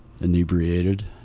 inebriated